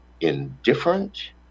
indifferent